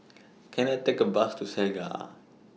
Can I Take A Bus to Segar